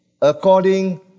according